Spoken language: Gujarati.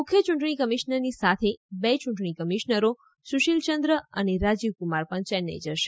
મુખ્ય ચૂંટણી કમિશનરની સાથે બે ચૂંટણી કમિશનરો સુશીલચંદ્ર અને રાજીવકુમાર પણ ચેન્નાઇ જશે